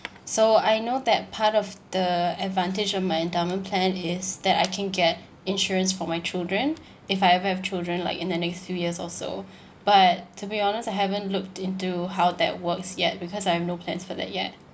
so I know that part of the advantage of my endowment plan is that I can get insurance for my children if I ever have children like in the next few years or so but to be honest I haven't looked into how that works yet because I have no plans for that yet